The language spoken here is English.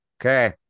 Okay